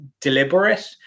deliberate